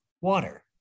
Water